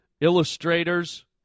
illustrators